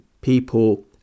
people